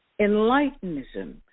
Enlightenism